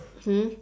hmm